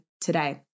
today